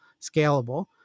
scalable